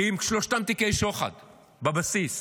כי הם שלושתם תיקי שוחד בבסיס.